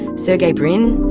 sergey brin,